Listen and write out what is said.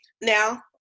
Now